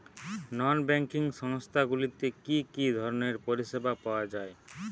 নন banking সংস্থা গুলিতে কি কি ধরনের পরিসেবা পাওয়া য়ায়?